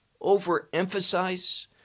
overemphasize